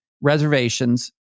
reservations